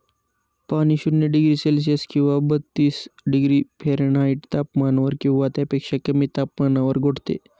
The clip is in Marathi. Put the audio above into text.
पाणी शून्य डिग्री सेल्सिअस किंवा बत्तीस डिग्री फॅरेनहाईट तापमानावर किंवा त्यापेक्षा कमी तापमानावर गोठते